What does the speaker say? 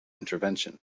intervention